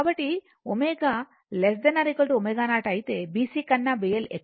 ఇప్పుడు ω ≤ ω0 అయితే BC కన్నా BL ఎక్కువ